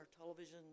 television